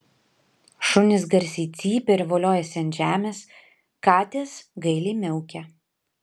šunys garsiai cypia ir voliojasi ant žemės katės gailiai miaukia